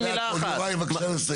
יוראי, בבקשה לסיים.